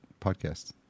podcasts